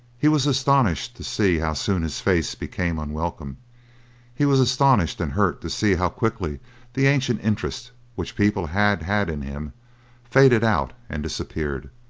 he was astonished to see how soon his face became unwelcome he was astonished and hurt to see how quickly the ancient interest which people had had in him faded out and disappeared.